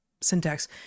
syntax